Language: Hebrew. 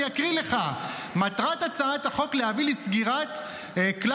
אני אקריא לך: מטרת הצעת החוק להביא לסגירת כלל